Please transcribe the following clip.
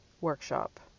workshop